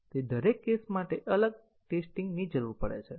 દરેક કેસ માટે અલગ ટેસ્ટીંગ ની જરૂર છે